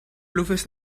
luces